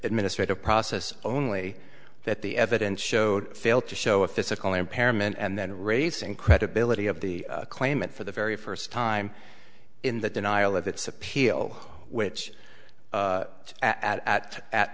administrative process only that the evidence showed failed to show a physical impairment and then raising credibility of the claimant for the very first time in the denial of its appeal which at at